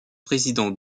président